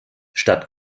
statt